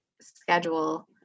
schedule